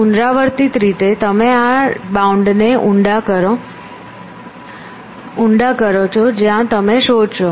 પુનરાવર્તિત રીતે તમે આ બાઉન્ડને ઊંડા કરો છો જ્યાં તમે શોધશો